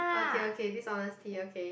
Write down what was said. okay okay dishonesty okay